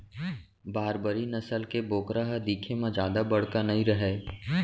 बारबरी नसल के बोकरा ह दिखे म जादा बड़का नइ रहय